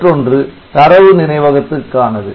மற்றொன்று தரவு நினைவகத்துக்கானது